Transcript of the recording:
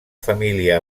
família